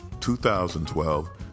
2012